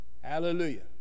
Hallelujah